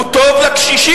הוא טוב לקשישים,